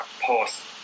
pause